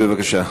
בבקשה.